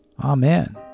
Amen